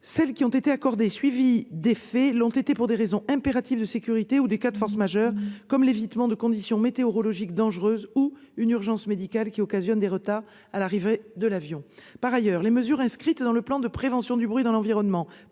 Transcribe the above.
Celles qui ont été accordées et suivies d'effet l'ont été pour des raisons impératives de sécurité ou des cas de force majeure, comme l'évitement de conditions météorologiques dangereuses ou une urgence médicale, occasionnant des retards à l'arrivée de l'avion. En outre, les mesures inscrites dans le PPBE de l'aérodrome de Paris-Orly